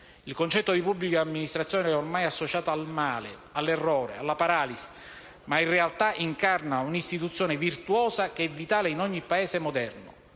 Il concetto di pubblica amministrazione è ormai associato al male, all'errore, alla paralisi, ma in realtà incarna un'istituzione virtuosa, che è vitale in ogni Paese moderno.